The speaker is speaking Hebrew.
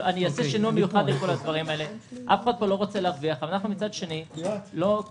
לכן נידרש לעשות שינוע מיוחד לכל הבדיקות האלה.